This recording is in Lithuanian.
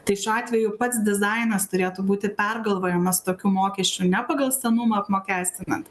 tai šiuo atveju pats dizainas turėtų būti pergalvojamas tokių mokesčių ne pagal senumą apmokestinant